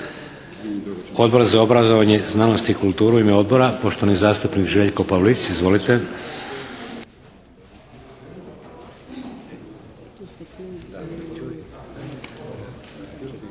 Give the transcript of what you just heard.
Odbor za obrazovanje, znanost i kulturu. U ime Odbora, poštovani zastupnik Željko Pavlic. Izvolite.